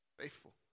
faithful